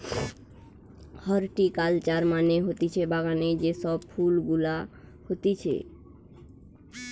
horticulture মানে হতিছে বাগানে যে সব ফুল গুলা হতিছে